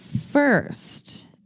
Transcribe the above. First